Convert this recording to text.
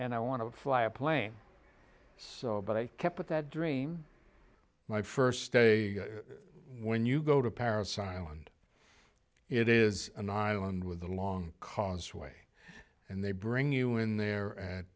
and i want to fly a plane so but i kept at that dream my first day when you go to paris island it is an island with a long causeway and they bring you in there at